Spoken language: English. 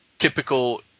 typical –